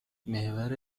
محور